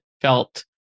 felt